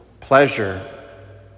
pleasure